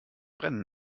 brennen